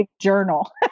journal